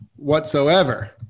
Whatsoever